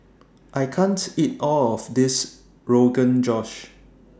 I can't eat All of This Rogan Josh